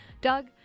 Doug